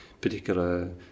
particular